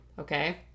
Okay